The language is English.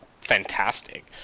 fantastic